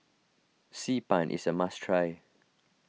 Xi Ban is a must try